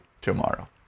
tomorrow